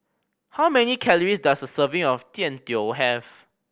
how many calories does a serving of Jian Dui have